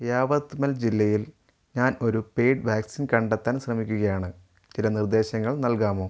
യാവത്മൽ ജില്ലയിൽ ഞാൻ ഒരു പെയ്ഡ് വാക്സിൻ കണ്ടെത്താൻ ശ്രമിക്കുകയാണ് ചില നിർദ്ദേശങ്ങൾ നൽകാമോ